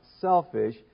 selfish